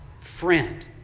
friend